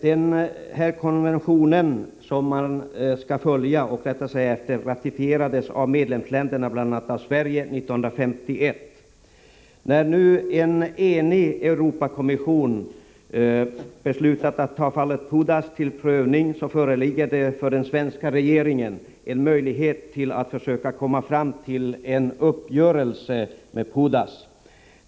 Den konvention som man skall följa ratificerades av medlemsländerna, bl.a. av Sverige, 1951. När nu en enig Europakommission beslutat att ta upp fallet Pudas till prövning så föreligger det för den svenska regeringen en möjlighet att försöka komma fram till en uppgörelse med Pudas.